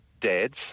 dads